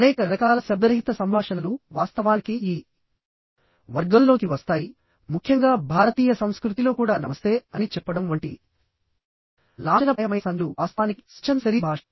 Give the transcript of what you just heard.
అనేక రకాల శబ్దరహిత సంభాషణలు వాస్తవానికి ఈ వర్గంలోకి వస్తాయి ముఖ్యంగా భారతీయ సంస్కృతిలో కూడా నమస్తే అని చెప్పడం వంటి లాంఛనప్రాయమైన సంజ్ఞలు వాస్తవానికి స్వచ్ఛంద శరీర భాష